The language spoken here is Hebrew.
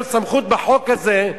את הסמכות בחוק הזה,